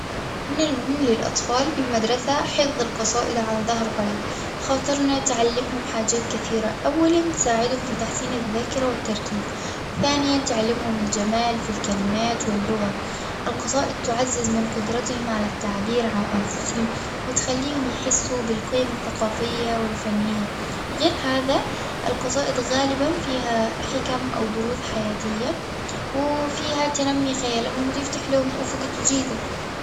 من المهم للأطفال في المدرسة حفظ القصائد عن ظهر قلب، خاطرنا تعلمهم حاجات كثيرة، أولًا تساعدهم في تحسين الذاكرة والتركيب، ثانيًا تعلمهم الجمال في الكلمات واللغة، القصائد تعزز من قدرتهم على التعبيرعن أنفسهم وتخليهم يحسوا بالقيم الثقافية والفنية، غير هذا القصائد غالبًا فيها حكم أو دروس حياتية وفيها تنمي خيالهم وتفتح لهم أفق جديدة.